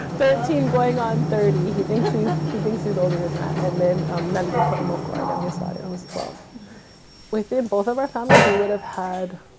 thirteen going on thirty. he thinks he's she thinks he's older than that and then um nali'impuemoco, our youngest daughter, who is twelve point within both of our families, we would've had,